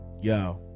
Yo